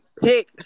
Pick